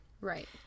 right